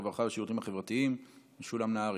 הרווחה והשירותים החברתיים משולם נהרי.